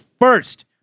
first